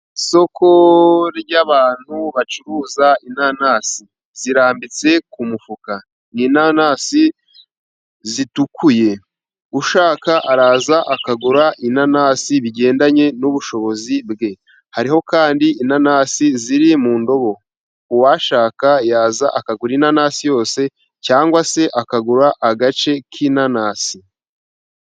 Isoko ry'abantu bacuruza inanasi ,zirambitse ku mufuka ni inanasi zitukuye ushaka araza akagura inanasi bigendanye n'ubushobozi bwe, hariho kandi inanasi ziri mu ndobo ,uwashaka yaza akagura inanasi yose cyangwa se akagura agace k'inanasi.